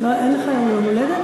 אין לך היום יום הולדת?